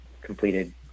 completed